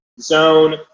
zone